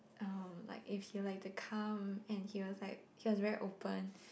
um like if he'll like to come and he was like he was very open